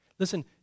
Listen